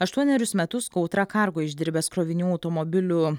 aštuonerius metus kautra cargo išdirbęs krovinių automobilių